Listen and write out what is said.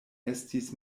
estis